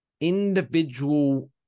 individual